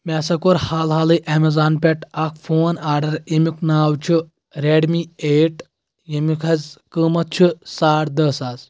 مےٚ ہسا کوٚر حالہٕ حالٕے ایمیزان پٮ۪ٹھ اکھ فون اَرڈر ییٚمُک ناو چھُ ریڈمی ایٹ ییٚمُک حظ کۭمتھ چھُ ساڈ دہ ساس